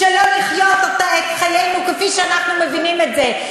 שלא לחיות את חיינו כפי שאנחנו מבינים את זה.